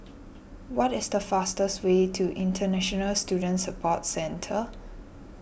what is the fastest way to International Student Support Centre